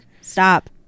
Stop